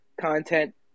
content